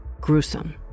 gruesome